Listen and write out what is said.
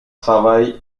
travail